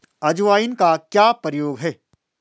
अजवाइन का क्या प्रयोग है?